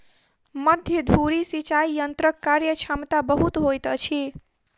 मध्य धुरी सिचाई यंत्रक कार्यक्षमता बहुत होइत अछि